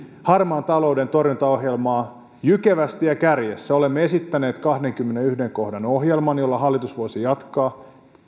harmaan talouden torjuntaohjelmaa jykevästi ja kärjessä olemme esittäneet kahdennenkymmenennenensimmäisen kohdan ohjelman jolla hallitus voisi jatkaa